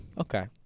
Okay